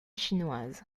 chinoise